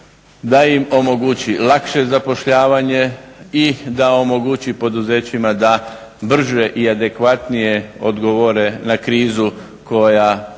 da im omogući lakše zapošljavanje i da omogući poduzećima da brže i adekvatnije odgovore na krizu koja